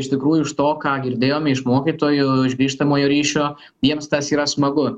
iš tikrųjų iš to ką girdėjome iš mokytojų iš grįžtamojo ryšio jiems tas yra smagu